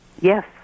Yes